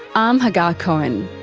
i'm hagar cohen.